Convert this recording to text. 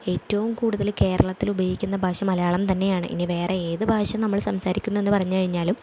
ഏറ്റവും കൂടുതല് കേരളത്തില് ഉപയോഗിക്കുന്ന ഭാഷ മലയാളം തന്നെയാണ് ഇനി വേറെ ഏത് ഭാഷ നമ്മള് സംസാരിക്കുമെന്ന് പറഞ്ഞ് കഴിഞ്ഞാലും